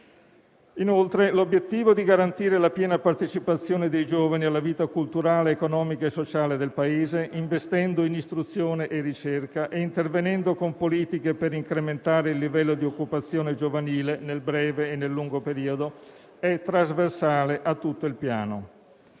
Inoltre, l'obiettivo di garantire la piena partecipazione dei giovani alla vita culturale, economica e sociale del Paese, investendo in istruzione e ricerca e intervenendo con politiche per incrementare il livello di occupazione giovanile, nel breve e nel lungo periodo, è trasversale a tutto il Piano.